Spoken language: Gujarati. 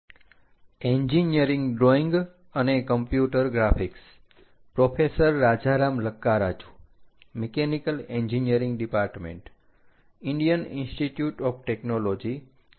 બધાને નમસ્કાર અમારા NPTEL ના એન્જીનીયરીંગ ડ્રોઈંગ અને કમ્પ્યુટર ગ્રાફિક્સ પરના ઓનલાઇન અભ્યાસક્રમમાં સ્વાગત છે